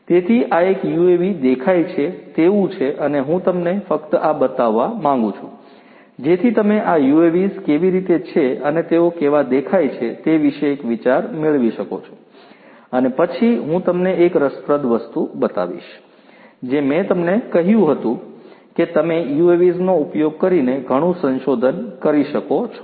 તેથી આ એક યુએવી દેખાય છે તેવું છે અને હું તમને ફક્ત આ બતાવવા માંગું છું જેથી તમે આ UAVs કેવી રીતે છે અને તેઓ કેવા દેખાય છે તે વિશે એક વિચાર મેળવી શકો છો અને પછી હું તમને એક રસપ્રદ વસ્તુ બતાવીશ જે મેં તમને કહ્યું હતું કે અમે UAVsનો ઉપયોગ કરીને ઘણું સંશોધન કરીએ છીએ